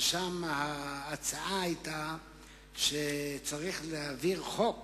שם דנו בהצעה להעביר חוק